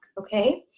okay